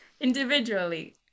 Individually